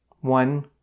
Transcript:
one